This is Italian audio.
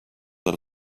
dal